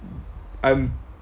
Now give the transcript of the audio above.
I'm